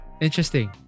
interesting